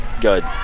good